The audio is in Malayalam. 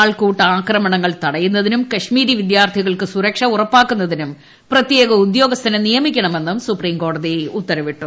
ആൾകൂട്ട ആക്രമണങ്ങൾ തടയുന്നതിനും കശ്മീരി വിദ്യാർത്ഥികൾക്ക് സുരക്ഷ ഉറപ്പാക്കുന്നതിനും പ്രത്യേക ഉദ്യോഗസ്ഥനെ നിയമിക്കണമെന്നും സുപ്രീംകോടതി ഉത്തരവിട്ടു